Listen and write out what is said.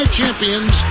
champions